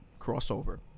crossover